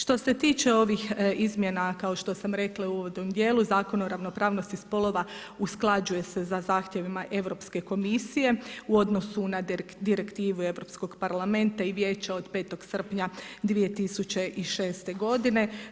Što se tiče ovih izmjena kao što sam i rekla u uvodnom dijelu Zakona o ravnopravnosti spolova usklađuje se sa zahtjevima Europske komisije u odnosu na direktivu Europskog parlamenta i Vijeća od 5. srpnja 2006. godine.